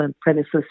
premises